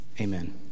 amen